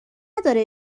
نداره